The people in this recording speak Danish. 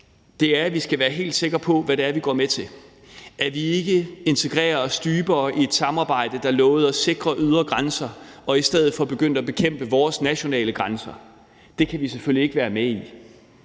Det er, at vi skal være helt sikre på, hvad det er, vi går med til – at vi ikke integrerer os dybere i et samarbejde, der lovede os sikre ydre grænser og i stedet for begyndte at bekæmpe vores nationale grænser. Det kan vi selvfølgelig ikke være med i.